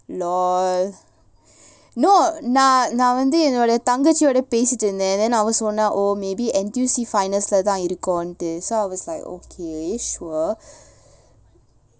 LOL no நா நா வந்து என்னோட தங்கச்சி ஓட பேசிட்டு இருந்தேன்:naa naa vanthu ennoda thangachchiyoda pesittu irunthaen then அவ சொன்னா:ava sonnaa oh maybe N_T_U_C finest leh தான் இருக்கும்ட்டு:thaan irukumttu so I was like okay sure